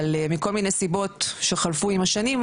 אבל מכל מיני סיבות שחלפו עם השנים,